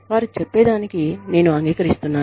వారు చెప్పేదానికి నేను అంగీకరిస్తున్నాను